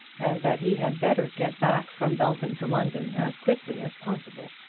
and that he had better get back from belton to london as quickly as possible.